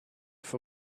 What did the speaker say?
for